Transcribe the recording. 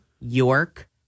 York